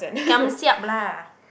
giam siap lah